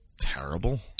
terrible